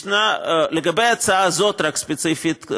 רק לגבי ההצעה הספציפית הזאת,